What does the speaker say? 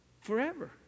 forever